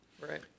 Right